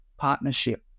partnership